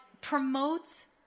promotes